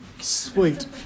Sweet